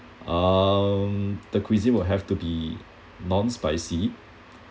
um the cuisine will have to be non spicy